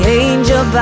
angel